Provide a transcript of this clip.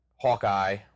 Hawkeye